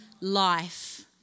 life